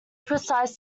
precise